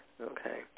Okay